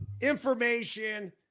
information